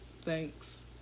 Thanks